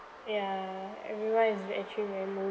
ya everyone is actually very moo~